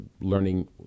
learning